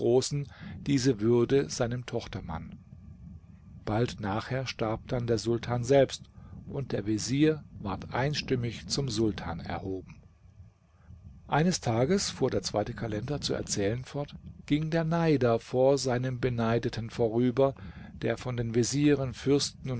diese würde seinem tochtermann bald nachher starb dann der sultan selbst und der vezier ward einstimmig zum sultan erhoben eines tages fuhr der zweite kalender zu erzählen fort ging der neider vor seinem beneideten vorüber der von den vezieren fürsten